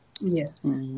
Yes